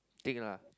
think lah